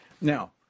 Now